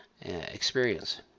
experience